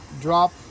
drop